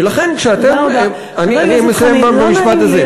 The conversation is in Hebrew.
ולכן כשאתם, חבר הכנסת חנין, אני מסיים במשפט הזה.